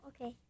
okay